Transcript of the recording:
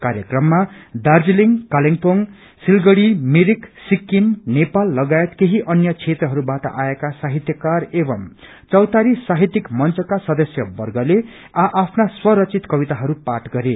कार्यक्रममा दार्जीलिङ कालेबुङ सिलगड़ी मिरिक सिक्किम नेपाल लगायत केही अन्य क्षेत्रहरूबाट आएका साहित्यकार एवं चौतारी साहित्यिक मंचका सदस्य वर्गले आ आफ्ना स्व रचित कविताहरू पाठ गरे